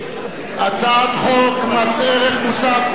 הצעת חוק מס ערך מוסף,